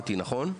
מתי נכון?